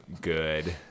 good